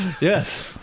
Yes